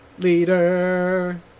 Leader